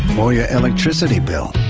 or your electricity bill.